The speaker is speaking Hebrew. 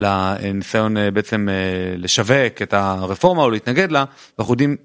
לניסיון בעצם לשווק את הרפורמה או להתנגד לה. אנחנו יודעים